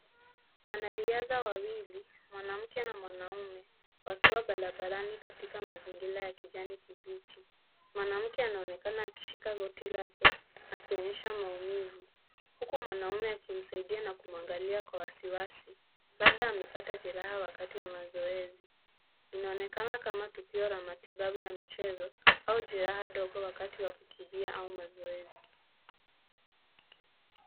Wanariadha wawili, mwanamke na mwanaume, wakiwa barabarani katika mazingira ya kijani kibichi. Mwanamke anaonekana akishika goti lake akionyesha maumivu, huku mwanamume akimsaidia na kumwangalia kwa wasiwasi, labda amepata jeraha wakati wa mazoezi. Inaonekana kama tukio la matibabu ya michezo au jiraha dogo wakati wa kukimbia au mazoezi.